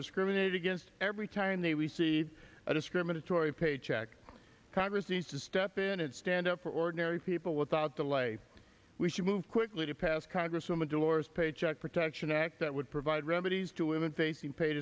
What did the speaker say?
discriminated against every time they receive a discriminatory paycheck congress needs to step in and stand up for ordinary people without delay we should move quickly to pass congresswoman delores paycheck protection act that would provide remedies to women facing pa